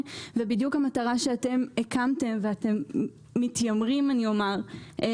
בדיוק המטרה שלשמה אתם הקמתם את הקרן ואתם מתיימרים לממש,